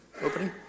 Opening